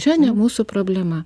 čia ne mūsų problema